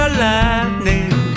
lightning